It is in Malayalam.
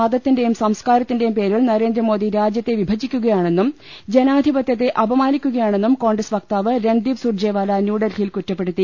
മതത്തിന്റേയും സംസ്കാരത്തിന്റേയും പേരിൽ നരേ ന്ദ്രമോദി രാജ്യത്തെ വിഭജിക്കുകയാണെന്നും ജനാധിപത്യത്തെ അപ മാനിക്കുകയാണെന്നും കോൺഗ്രസ് വക്തവാവ് രൺദീപ് സുർജെ വാല ന്യൂഡൽഹിയിൽ കുറ്റപ്പെടുത്തി